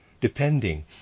depending